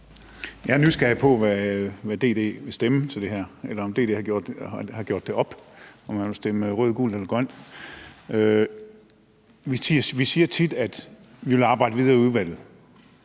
Jeg er nysgerrig på, hvad DD vil stemme til det her, eller om DD har gjort op, om man vil stemme rødt, gult eller grønt. Vi siger tit, at vi vil arbejde videre i udvalget,